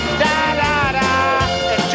da-da-da